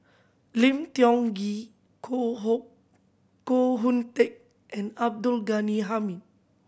Lim Tiong Ghee Koh Hoh Koh Hoon Teck and Abdul Ghani Hamid